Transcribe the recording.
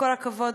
וכל הכבוד,